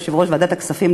יושב-ראש ועדת הכספים,